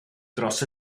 dros